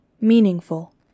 meaningful